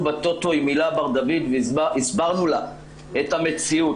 בטוטו עם הילה בר דוד והסברנו לה את המציאות.